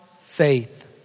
faith